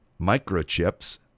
Microchips